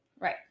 Right